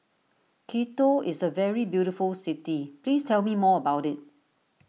Quito is a very beautiful city please tell me more about it